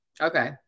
Okay